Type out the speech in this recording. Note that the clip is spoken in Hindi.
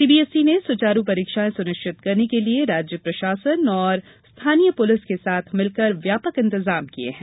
सीबीएसई ने सुचारू परीक्षायें सुनिश्चित करने के लिए राज्य प्रशासन और स्थानीय पुलिस के साथ मिलकर व्यापक इंतजाम किए हैं